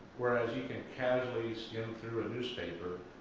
whereas you can casually skim through a newspaper,